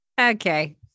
Okay